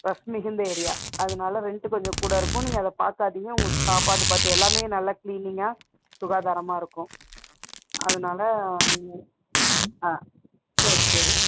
rush மிகுந்த area அதனால rent கொஞ்சம் கூட இருக்கும் நீங்கள் அதை பார்க்காதீங்க உங்களுக்கு சாப்பாடு பட் எல்லாமே நல்லா கிளீனிங்காக சுகாதாரமாக இருக்கும் அதனால வந்து ஆ சரி சரி